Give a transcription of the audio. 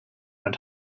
not